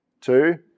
two